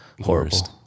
horrible